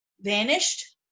vanished